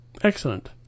Excellent